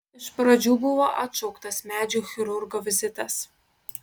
iš pradžių buvo atšauktas medžių chirurgo vizitas